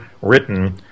written